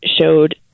showed